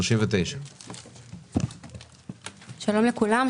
39. שלום לכולם.